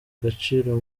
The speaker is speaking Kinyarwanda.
agaciro